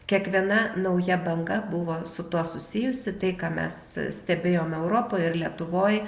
kiekviena nauja banga buvo su tuo susijusi tai ką mes stebėjom europoj ir lietuvoj